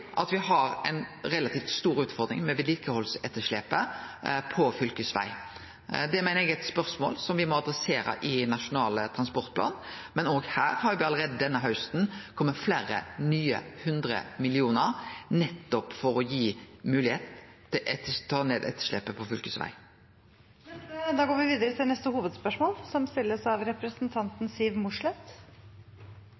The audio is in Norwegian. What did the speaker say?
at me har ei relativt stor utfordring med vedlikehaldsetterslepet på fylkesvegane. Det meiner eg er eit spørsmål me må adressere i Nasjonal transportplan, men òg her har me allereie denne hausten kome med fleire nye hundre millionar, nettopp for å gi moglegheit til å ta ned etterslepet på fylkesvegane. Da går vi videre til neste hovedspørsmål. Senterpartiet er opptatt av